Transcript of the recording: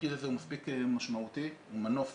התפקיד הזה הוא מספיק משמעותי, הוא מנוף